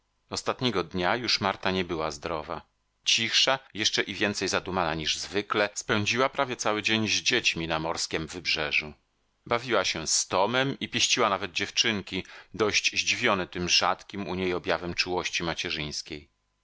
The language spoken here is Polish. ostatniego dnia już marta nie była zdrowa cichsza jeszcze i więcej zadumana niż zwykle spędziła prawie cały dzień z dziećmi na morskiem wybrzeżu bawiła się z tomem i pieściła nawet dziewczynki dość zdziwione tym rzadkim u niej objawem czułości macierzyńskiej